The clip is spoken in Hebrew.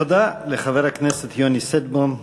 תודה לחבר הכנסת יוני שטבון.